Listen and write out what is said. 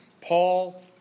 Paul